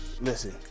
listen